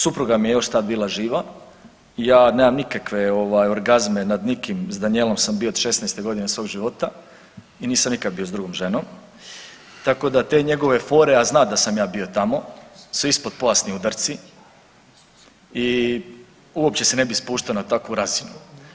Dakle, supruga mi je još tad bila živa i ja nemam nikakve orgazme nad nikim, s Danijelom sam bio od 16.godine svog života i nisam nikad bio s drugom ženom, tako da te njegove fore, a zna da sam ja bio tamo su ispod pojasni udarci i uopće se ne bi spuštao na takvu razinu.